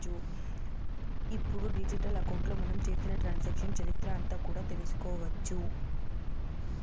ఇప్పుడు డిజిటల్ అకౌంట్లో మనం చేసిన ట్రాన్సాక్షన్స్ చరిత్ర అంతా కూడా తెలుసుకోవచ్చు